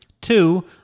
Two